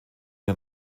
den